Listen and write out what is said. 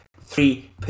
three